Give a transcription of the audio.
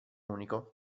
unico